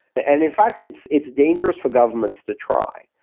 ah and in fact, it's it's dangerous for governments to try,